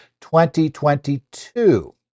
2022